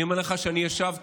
אני אומר לך שאני ישבתי,